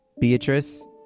Beatrice